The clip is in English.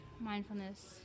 mindfulness